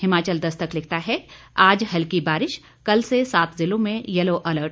हिमाचल दस्तक लिखता है आज हल्की बारिश कल से सात जिलों में येलो अलर्ट